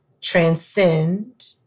transcend